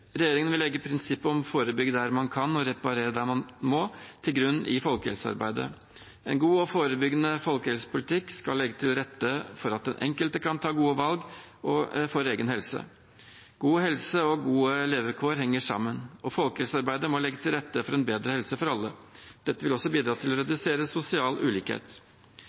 Regjeringen vil legge prinsippet om å forebygge der man kan og reparere der man må, til grunn i folkehelsearbeidet. En god og forebyggende folkehelsepolitikk skal legge til rette for at den enkelte kan ta gode valg for egen helse. God helse og gode levekår henger sammen. Folkehelsearbeidet må legge til rette for en bedre helse for alle. Dette vil også bidra til å redusere sosial ulikhet.